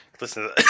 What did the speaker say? listen